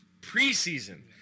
preseason